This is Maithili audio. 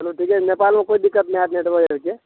कहलहुॅं नेपालमे कोइ दिक्कत नहि होयत नेटवर्क आरके